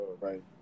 Right